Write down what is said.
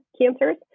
cancers